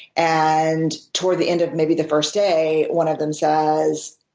and toward the end of maybe the first day, one of them says,